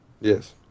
Yes